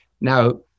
Now